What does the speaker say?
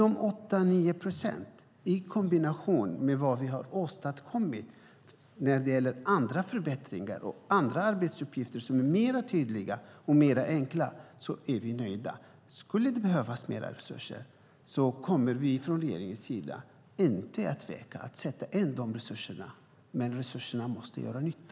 Med tanke på de 8-9 procenten, i kombination med olika förbättringar och arbetsuppgifter som har blivit tydligare och enklare, är vi nöjda med det vi har åstadkommit. Om mer resurser skulle behövas kommer vi från regeringssidan inte att tveka inför att sätta in dem. Men resurserna måste göra nytta.